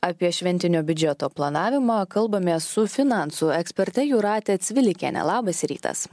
apie šventinio biudžeto planavimą kalbamės su finansų eksperte jūrate cvilikiene labas rytas